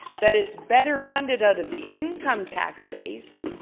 that it's better funded out of the income tax base,